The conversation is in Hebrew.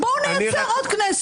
בואו נייצר עוד כנסת.